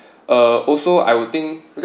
uh also I would think